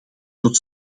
tot